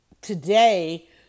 today